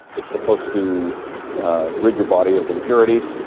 it's supposed to rid your body of impurities